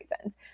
reasons